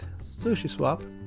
Sushiswap